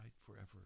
forever